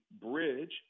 bridge